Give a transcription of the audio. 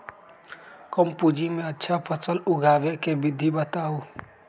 कम पूंजी में अच्छा फसल उगाबे के विधि बताउ?